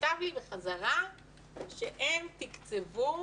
נכתב לי בחזרה שהם תקצבו